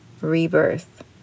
rebirth